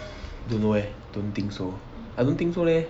don't know leh don't think so I don't think so leh